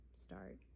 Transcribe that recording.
start